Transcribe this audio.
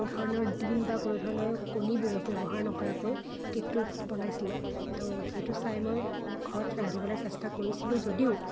কোনোধৰণৰ ডিম বা কোনো ধৰণৰ কণী ব্যৱ ব্যৱহাৰ নকৰাকৈ কেকটোৰ বনাইছিলে তো সেইটো চাই মই ঘৰত ৰান্ধিবলৈ চেষ্টা কৰিছিলোঁ যদিও